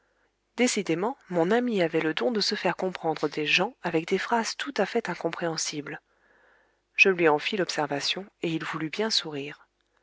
décidément mon ami avait le don de se faire comprendre des gens avec des phrases tout à fait incompréhensibles je lui en fis l'observation et il voulut bien sourire